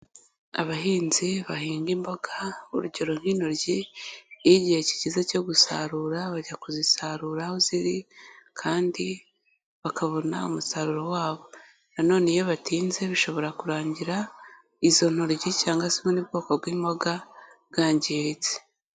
Abahinzi bahinga imboga urugero nk'intoryi, iyo igihe kigeze cyo gusarura, bajya kuzisarura aho ziri, kandi bakabona umusaruro wabo. Na none iyo batinze, bishobora kurangira izo ntoryi cyangwa se ubundi bwoko bw'imboga bwangiritse.